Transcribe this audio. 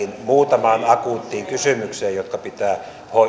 muutamaan akuuttiin kysymykseen jotka pitää